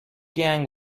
gang